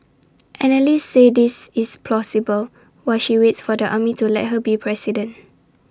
analysts say this is plausible while she waits for the army to let her be president